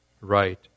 right